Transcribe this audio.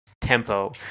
tempo